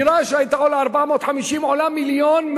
דירה שהיתה עולה 450,000 עולה 1.1 מיליון.